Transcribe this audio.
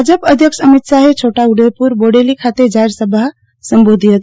ભાજપ અધ્યક્ષ અમિત શાહે છોટાઉદેપુરમાં બોડેલી ખાતે જાહેરસભા સંબોધી હતી